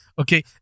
okay